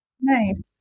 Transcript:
nice